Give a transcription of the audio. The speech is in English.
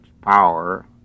power